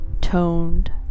toned